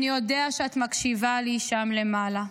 אני יודע שאת מקשיבה לי שם למעלה.